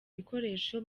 bikoresho